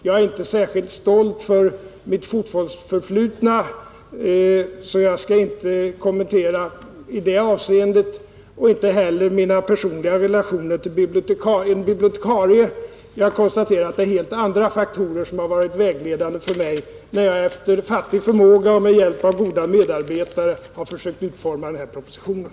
Jag är inte särskilt stolt över mitt fotbollsförflutna, så jag skall inte kommentera det och inte heller mina personliga relationer till en bibliotekarie. Jag konstaterar att det är helt andra faktorer som har varit vägledande för mig, när jag efter fattig förmåga och med hjälp av goda medarbetare har försökt utforma den här propositionen.